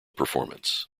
performance